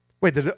Wait